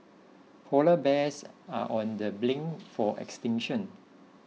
Polar Bears are on the brink for extinction